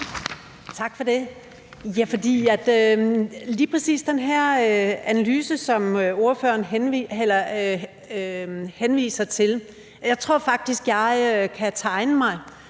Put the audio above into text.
I forhold til lige præcis den her analyse, som ordføreren henviser til, tror jeg faktisk, at jeg kan tegne mig